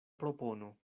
propono